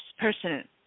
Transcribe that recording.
person